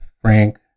frank